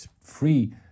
free